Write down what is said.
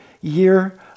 year